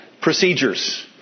procedures